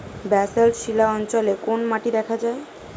Basalt শিলা অঞ্চলে কোন মাটি দেখা যায়?